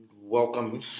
welcome